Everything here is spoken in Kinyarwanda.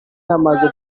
yamaze